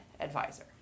advisor